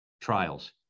trials